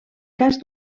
cas